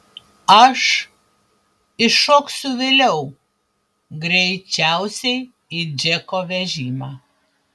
aš įšoksiu vėliau greičiausiai į džeko vežimą